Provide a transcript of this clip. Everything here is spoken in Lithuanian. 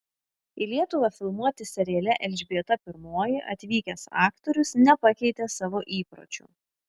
į lietuvą filmuotis seriale elžbieta i atvykęs aktorius nepakeitė savo įpročių